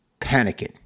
panicking